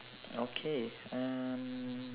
okay uh